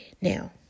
Now